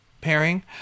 pairing